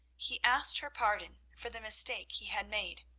he asked her pardon for the mistake he had made.